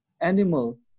animal